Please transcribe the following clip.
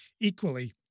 equally